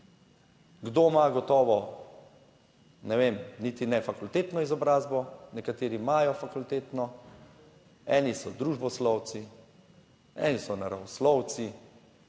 Kdo ima gotovo, ne vem, niti ne fakultetno izobrazbo, nekateri imajo fakulteto, eni so družboslovci, eni so naravoslovci